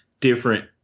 different